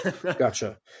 Gotcha